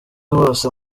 hose